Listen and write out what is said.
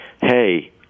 hey